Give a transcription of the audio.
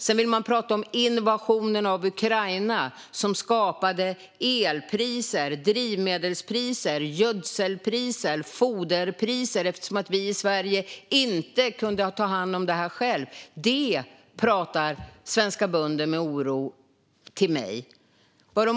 De vill även prata om invasionen av Ukraina som skapade höga priser på el, drivmedel, gödsel och foder eftersom vi i Sverige inte kunde ta hand om detta själva. Detta talar svenska bönder om med mig, med oro.